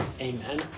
Amen